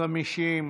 ובשירות בתי הסוהר)